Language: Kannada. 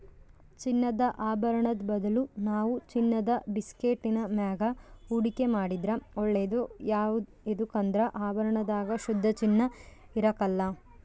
ಚಿನ್ನದ ಆಭರುಣುದ್ ಬದಲು ನಾವು ಚಿನ್ನುದ ಬಿಸ್ಕೆಟ್ಟಿನ ಮ್ಯಾಗ ಹೂಡಿಕೆ ಮಾಡಿದ್ರ ಒಳ್ಳೇದು ಯದುಕಂದ್ರ ಆಭರಣದಾಗ ಶುದ್ಧ ಚಿನ್ನ ಇರಕಲ್ಲ